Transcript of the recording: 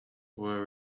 were